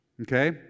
Okay